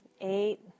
eight